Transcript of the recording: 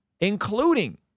including